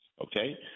Okay